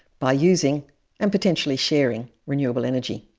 by using and potentially sharing renewable energy.